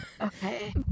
Okay